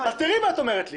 תראי מה את אומרת לי.